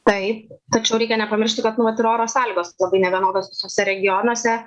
taip tačiau reikia nepamiršti kad nu vat ir oro sąlygos labai nevienodos visuose regionuose